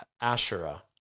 Asherah